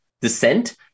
descent